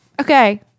okay